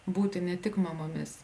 būti ne tik mamomis